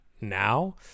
now